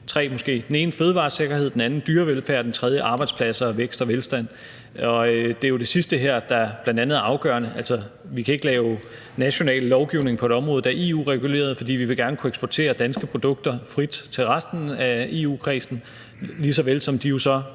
Det ene er fødevaresikkerhed, det andet er dyrevelfærd, og det tredje er arbejdspladser, vækst og velstand. Det er det sidste, der bl.a. er afgørende. Vi kan ikke lave national lovgivning på et område, der er EU-reguleret, for vi vil gerne kunne eksportere danske produkter frit til resten af EU-kredsen, lige så vel som de jo som